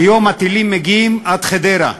היום הטילים מגיעים עד חדרה.